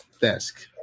desk